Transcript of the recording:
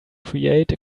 create